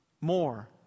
more